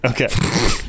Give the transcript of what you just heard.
Okay